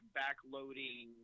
backloading